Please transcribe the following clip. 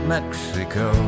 Mexico